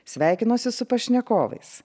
sveikinuosi su pašnekovais